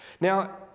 Now